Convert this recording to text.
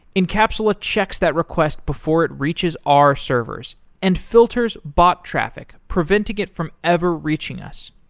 encapsula checks that request before it reaches our servers and filters bot traffic preventing it from ever reaching us.